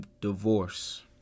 divorce